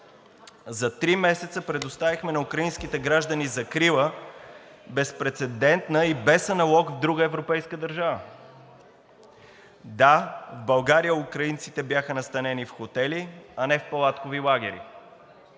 За три месеца предоставихме на украинските граждани закрила – безпрецедентна и без аналог в друга европейска държава. Да, в България украинците бяха настанени в хотели, а не в палаткови лагери,